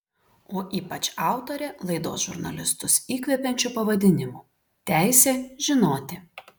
o ypač autorė laidos žurnalistus įkvepiančiu pavadinimu teisė žinoti